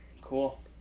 Cool